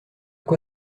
quoi